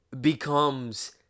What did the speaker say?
becomes